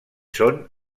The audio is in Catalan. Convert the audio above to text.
són